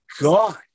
God